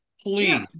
Please